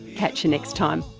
catch you next time,